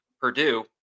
Purdue